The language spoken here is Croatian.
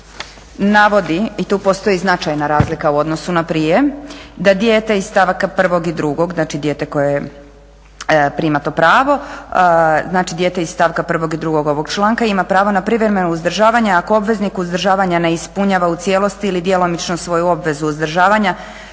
dijete koje je, prima to pravo, znači dijete iz stavka 1. i 2. ovog članka ima pravo na privremeno uzdržavanje ako obveznik uzdržavanja ne ispunjava u cijelosti ili djelomično svoju obvezu uzdržavanja